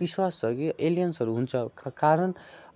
विश्वास छ कि एलियन्सहरू हुन्छ का कारण